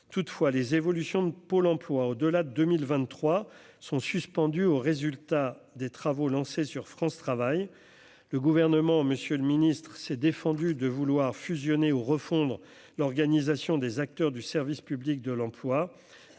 toutefois les évolutions de Pôle emploi au au-delà de 2023 sont suspendus aux résultats des travaux lancés sur France travaille le gouvernement, Monsieur le Ministre, s'est défendu de vouloir fusionner au refondre l'organisation des acteurs du service public de l'emploi,